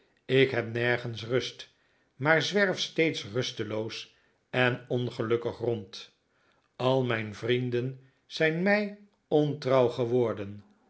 ik heb nergens rust maar zwerf steeds rusteloos en ongelukkig rond al mijn vrienden zijn mij ontrouw geworden